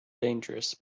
dangerous